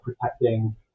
protecting